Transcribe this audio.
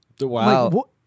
Wow